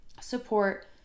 support